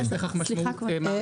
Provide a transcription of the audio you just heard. אבל יש לכך משמעות מהותית.